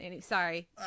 Sorry